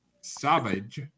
Savage